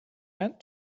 and